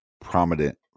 prominent